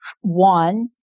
one